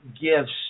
gifts